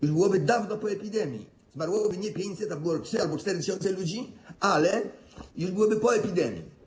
Już byłoby dawno po epidemii, zmarłoby nie 500 osób, a 3 albo 4 tys. ludzi, ale już byłoby po epidemii.